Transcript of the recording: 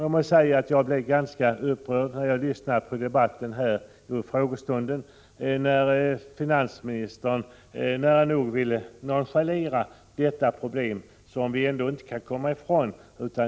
Jag måste säga att jag blev ganska upprörd under frågestunden när finansministern ville nonchalera detta problem, som vi ändå inte kan komma ifrån.